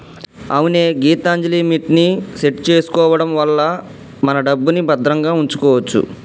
అవునే గీతాంజలిమిట్ ని సెట్ చేసుకోవడం వల్ల మన డబ్బుని భద్రంగా ఉంచుకోవచ్చు